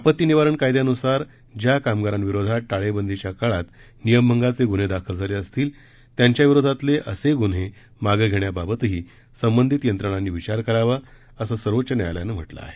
आपत्ती निवारण कायद्यानुसार ज्या कामगारांविरोधात टाळेबंदीच्या काळात नियमभंगाचे गुन्हे दाखल झाले असतील त्यांच्याविरोधातले असे गुन्हे मागं घेण्याबाबतही संबंधित यंत्रणांनी विचार करावा असं सर्वोच्च न्यायालयानं म्हटलं आहे